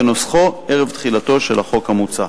כנוסחו ערב תחילתו של החוק המוצע.